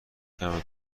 کمه